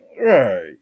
Right